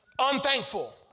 Unthankful